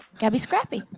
gotta be scrappy.